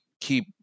keep